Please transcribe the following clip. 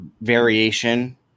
variation